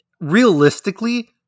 realistically